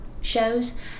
shows